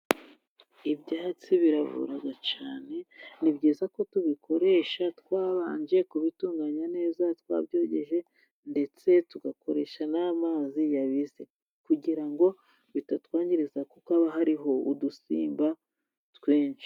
Ibyatsi biravura cyane, ni byiza ko tubikoresha twabanje kubitunganya neza, twabyogeje ndetse tugakoresha n'amazi yabize kugira ngo bitatwangiriza, kuko haba hariho udusimba twinshi.